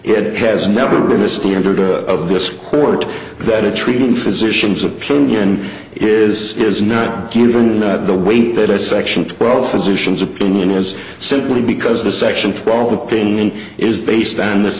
it has never been the standard of this court that a treating physicians opinion is is not given the way that a section twelve physicians opinion is simply because the section twelve thing is based on this